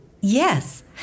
Yes